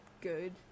good